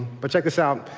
but check this out.